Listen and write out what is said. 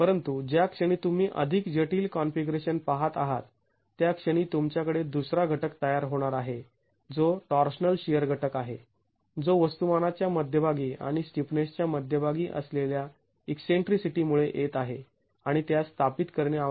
परंतु ज्या क्षणी तुम्ही अधिक जटिल कॉन्फिगरेशन पहात आहात त्या क्षणी तुमच्याकडे दुसरा घटक तयार होणार आहे जो टॉर्शनल शिअर घटक आहे जो वस्तुमाना च्या मध्यभागी आणि स्टिफनेसच्या मध्यभागी असलेल्या ईकसेंट्रीसिटी मुळे येत आहे आणि त्यास स्थापित करणे आवश्यक आहे